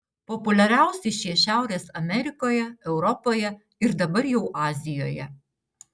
populiariausi šie šiaurės amerikoje europoje ir dabar jau azijoje